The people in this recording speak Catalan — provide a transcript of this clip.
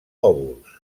òvuls